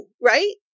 Right